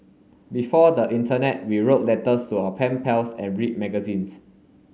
before the internet we wrote letters to our pen pals and read magazines